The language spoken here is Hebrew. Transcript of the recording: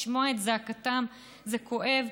לשמוע את זעקתן זה כואב,